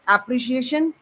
Appreciation